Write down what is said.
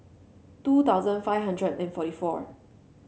two thousand five hundred and forty four